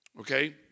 Okay